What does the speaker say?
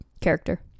character